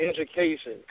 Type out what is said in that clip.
Education